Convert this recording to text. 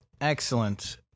Excellent